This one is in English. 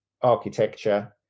architecture